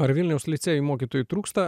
ar vilniaus licėjuj mokytojų trūksta